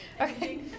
Okay